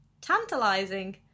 tantalizing